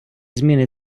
зміни